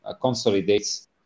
consolidates